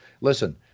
listen